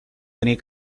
tenir